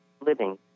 living